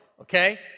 okay